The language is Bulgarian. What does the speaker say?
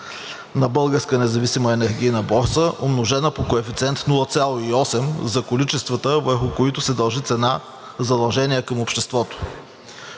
на Българска независима енергийна борса, умножена по коефициент 0,8 за количествата, върху които се дължи цена „задължение към обществото“.